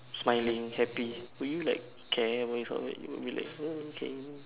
smiling happy will you like care about his outfit you'll be like oh okay